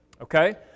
Okay